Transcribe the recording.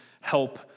help